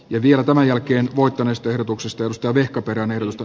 ne vielä tämän jälkeen voittaneesta ehdotuksesta josta vehkaperän ilta